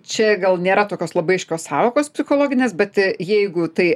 čia gal nėra tokios labai aiškios sąvokos psichologinės bet jeigu tai